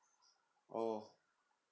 oh